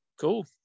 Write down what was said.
Cool